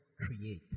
create